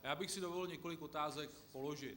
Já bych si dovolil několik otázek položit.